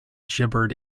gibbered